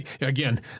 again